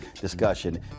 discussion